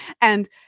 And-